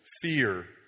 fear